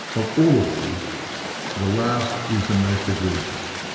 of all of these the last is the most egregious,